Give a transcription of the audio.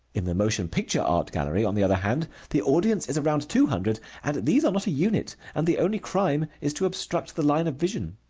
in the motion picture art gallery, on the other hand, the audience is around two hundred, and these are not a unit, and the only crime is to obstruct the line of vision.